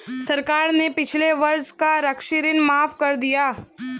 सरकार ने पिछले वर्ष का कृषि ऋण माफ़ कर दिया है